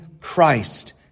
christ